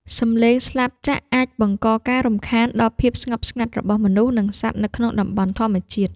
សំឡេងស្លាបចក្រអាចបង្កការរំខានដល់ភាពស្ងប់ស្ងាត់របស់មនុស្ស និងសត្វនៅក្នុងតំបន់ធម្មជាតិ។